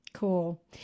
Cool